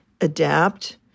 adapt